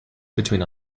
between